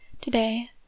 Today